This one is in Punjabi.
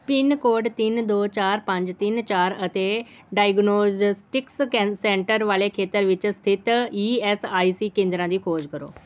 ਪਿੰਨਕੋਡ ਤਿੰਨ ਦੋ ਚਾਰ ਪੰਜ ਤਿੰਨ ਚਾਰ ਅਤੇ ਡਾਇਗਨੌਸਟਿਕਸ ਕੈ ਸੈਂਟਰ ਵਾਲੇ ਖੇਤਰ ਵਿੱਚ ਸਥਿਤ ਈ ਐਸ ਆਈ ਸੀ ਕੇਂਦਰਾਂ ਦੀ ਖੋਜ ਕਰੋ